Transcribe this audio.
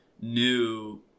new